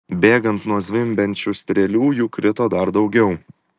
bėgant nuo zvimbiančių strėlių jų krito dar daugiau